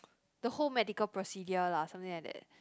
the whole medical procedure lah something like that